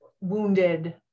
wounded